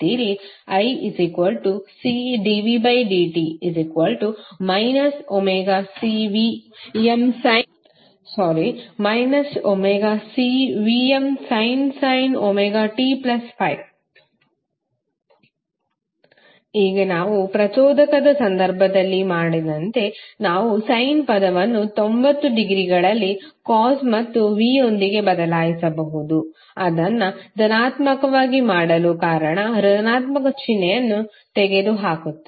iCdvdt ωCVmsin ωt∅ ಈಗ ನಾವು ಪ್ರಚೋದಕದ ಸಂದರ್ಭದಲ್ಲಿ ಮಾಡಿದಂತೆ ನಾವು ಸಯ್ನ್ ಪದವನ್ನು 90 ಡಿಗ್ರಿಗಳಲ್ಲಿ ಕಾಸ್ ಮತ್ತು V ಯೊಂದಿಗೆ ಬದಲಾಯಿಸಬಹುದು ಅದನ್ನು ಧನಾತ್ಮಕವಾಗಿ ಮಾಡಲು ಕಾರಣ ಋಣಾತ್ಮಕ ಚಿಹ್ನೆಯನ್ನು ತೆಗೆದುಹಾಕಲಾಗುತ್ತದೆ